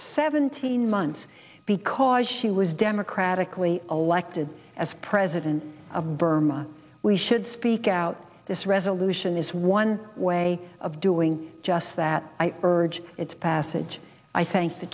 seventeen months because she was democratically elected as president of burma we should speak out this resolution is one way of doing just that i urge its passage i thank the